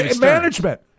management